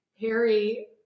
Harry